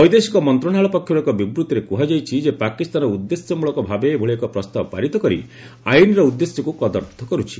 ବୈଦେଶିକ ମନ୍ତ୍ରଣାଳୟ ପକ୍ଷରୁ ଏକ ବିବୃତ୍ତିରେ କୁହାଯାଇଛି ଯେ ପାକିସ୍ତାନ ଉଦ୍ଦେଶ୍ୟମୂଳକ ଭାବେ ଏଭଳି ଏକ ପ୍ରସ୍ତାବ ପାରିତ କରି ଆଇନର ଉଦ୍ଦେଶ୍ୟକୁ କଦର୍ଥ କରୁଛି